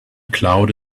cloud